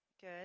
Good